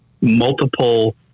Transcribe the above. multiple